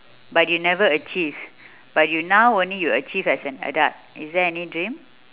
but you never achieve but you now only you achieved as an adult is there any dream